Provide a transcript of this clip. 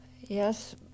Yes